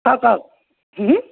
কাক